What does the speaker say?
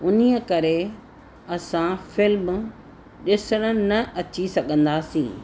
उन करे असां फिल्म ॾिसण न अची सघंदासीं